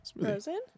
Frozen